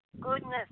goodness